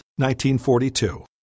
1942